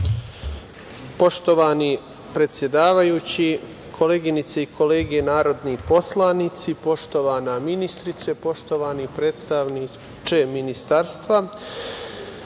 Poštovani predsedavajući, koleginice i kolege narodni poslanici, poštovana ministarko, poštovani predstavniče ministarstva,